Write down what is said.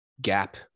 gap